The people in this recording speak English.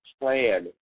plan